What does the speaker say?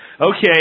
okay